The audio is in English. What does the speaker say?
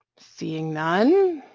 seeing none,